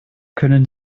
können